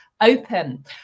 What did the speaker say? open